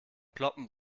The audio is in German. kloppen